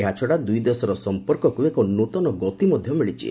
ଏହା ଛଡ଼ା ଦୁଇଦେଶର ସଂପର୍କକୁ ଏକ ନୂତନ ଗତି ମଧ୍ୟ ମିଳିଛି